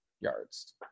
yards